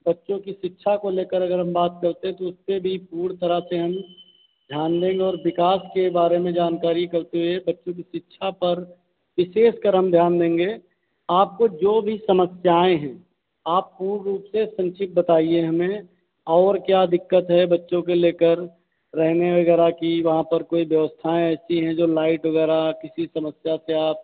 बच्चों की शिक्षा को ले कर अगर हम बात करते हैं तो उसमें भी पूर्ण तरह से हम ध्यान देंगे और विकास के बारे मे जानकारी करते हुए बच्चों की शिक्षा पर विशेष कर हम ध्यान देंगे आपको जो भी समस्याएँ हैं आप पूर्ण रूप से सब ची बताइए हमें और क्या दिक्कत है बच्चों के ले कर रहने वगैरह की वहाँ पर कोई व्यवस्थाएँ ऐसी हैं जो लाइट वगैरह किसी समस्या का